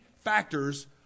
factors